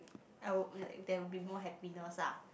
I would like there will be more happiness ah